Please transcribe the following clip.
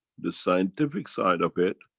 the scientific side of it,